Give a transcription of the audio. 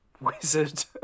wizard